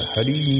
Hari